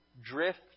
drift